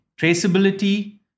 traceability